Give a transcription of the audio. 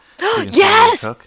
yes